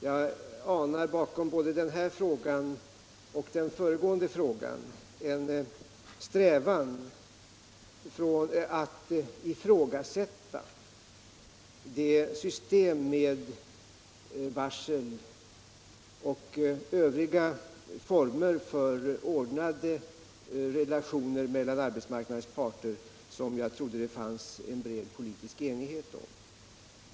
Jag anar bakom både den här frågan och den föregående frågan en strävan att ifrågasätta det system med varsel och övriga former av ordnade relationer mellan arbetsmarknadens parter som jag trodde det fanns en bred politisk enighet om.